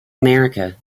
america